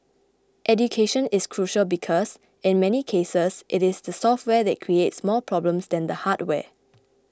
education is crucial because in many cases it is the software that creates more problems than the hardware